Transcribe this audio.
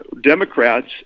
Democrats